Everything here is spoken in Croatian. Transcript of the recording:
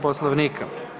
Poslovnika.